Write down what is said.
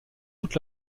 toute